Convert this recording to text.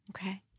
Okay